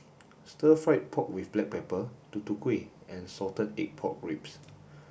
stir fried pork with Black Pepper Tutu Kueh and salted egg pork ribs